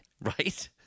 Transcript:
Right